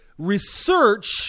Research